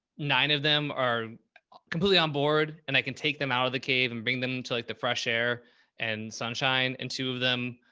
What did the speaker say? nine of them are completely on board and i can take them out of the cave and bring them to like the fresh air and sunshine. and two of them.